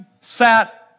sat